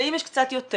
ואם יש קצת יותר,